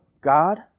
God